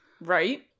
Right